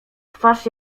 twarz